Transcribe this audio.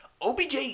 OBJ